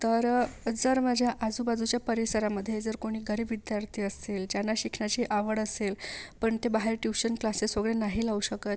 तर जर माझ्या आजूबाजूच्या परिसरामध्ये जर कोणी गरीब विद्यार्थी असतील ज्यांना शिक्षणाची आवड असेल पण ते बाहेर ट्यूशन क्लासेस वगैरे नाही लावू शकत